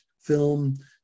film